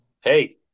hey